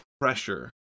pressure